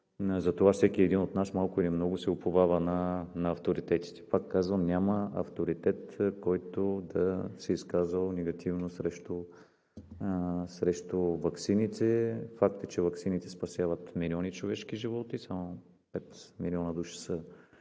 Затова всеки от нас малко или много се уповава на авторитетите. Пак казвам: няма авторитет, който да се е изказал негативно срещу ваксините. Факт е, че ваксините спасяват милиони човешки животи. Преди 1973 г. пет милиона души са